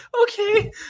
okay